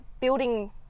building